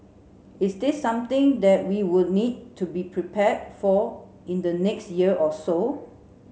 is this something that we would need to be prepared for in the next year or so